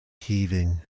heaving